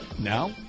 Now